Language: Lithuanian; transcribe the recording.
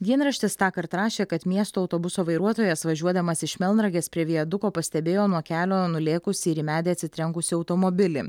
dienraštis tąkart rašė kad miesto autobuso vairuotojas važiuodamas iš melnragės prie viaduko pastebėjo nuo kelio nulėkusį ir į medį atsitrenkusį automobilį